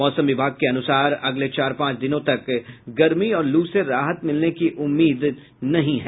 मौसम विभाग के अनुसार अगले चार पांच दिनों तक गर्मी और लू से राहत मिलने की उम्मीद नहीं है